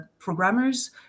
Programmers